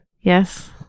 Yes